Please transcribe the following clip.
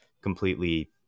completely